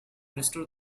restore